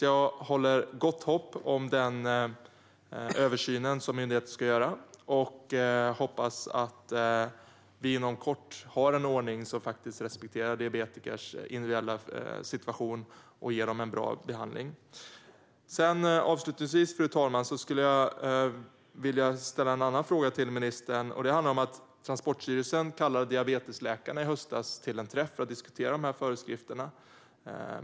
Jag hyser gott hopp om den översyn som myndigheten ska göra, och jag hoppas att vi inom kort har en ordning som respekterar diabetikers individuella situation och ger dem en bra behandling. Avslutningsvis, fru talman, skulle jag vilja ställa en annan fråga till ministern. Den handlar om att Transportstyrelsen i höstas kallade diabetesläkarna till en träff för att diskutera föreskrifterna.